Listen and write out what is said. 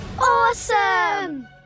Awesome